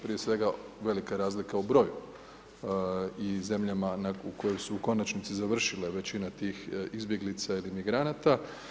Prije svega velika je razlika u broju i zemljama koje su u konačnici završile većina tih izbjeglica ili migranata.